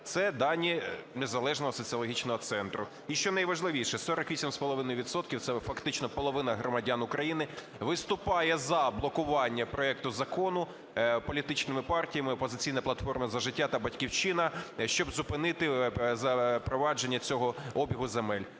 Це дані незалежного соціологічного центру. І що найважливіше, 48 відсотків - це фактично половина громадян України - виступають за блокування проекту закону політичними партіями "Опозиційна платформа - За життя" та "Батьківщина", щоб зупинити запровадження цього обігу земель.